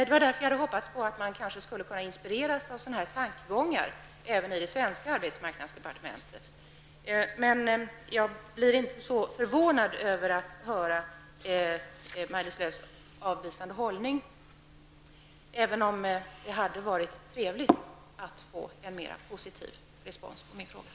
Det var därför som jag hade hoppats på att man även i det svenska arbetsmarknadsdepartementet kanske skulle kunna inspireras av sådana tankegångar. Men jag blir inte så förvånad över att höra Maj-Lis Lööws avvisande hållning, även om det hade varit trevligt för mig att få en mer positiv respons på frågan.